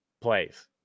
Plays